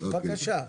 בבקשה.